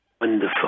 wonderful